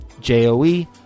J-O-E